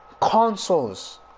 consoles